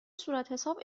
صورتحساب